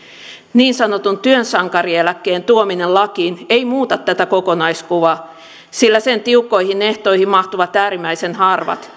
niin sanotun työnsankarieläkkeen tuominen lakiin ei muuta tätä kokonaiskuvaa sillä sen tiukkoihin ehtoihin mahtuvat äärimmäisen harvat